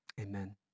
amen